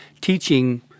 teaching